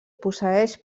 posseeix